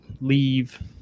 leave